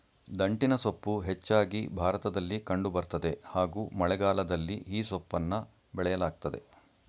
ದಂಟಿನಸೊಪ್ಪು ಹೆಚ್ಚಾಗಿ ಭಾರತದಲ್ಲಿ ಕಂಡು ಬರ್ತದೆ ಹಾಗೂ ಮಳೆಗಾಲದಲ್ಲಿ ಈ ಸೊಪ್ಪನ್ನ ಬೆಳೆಯಲಾಗ್ತದೆ